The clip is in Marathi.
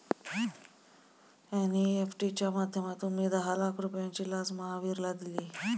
एन.ई.एफ.टी च्या माध्यमातून मी दहा लाख रुपयांची लाच महावीरला दिली